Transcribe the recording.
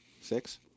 Six